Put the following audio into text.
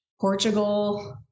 Portugal